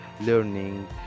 learning